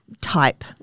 type